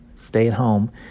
stay-at-home